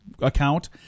account